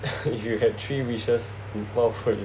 if you had three wishes for you